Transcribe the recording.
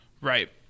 Right